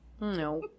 No